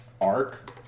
arc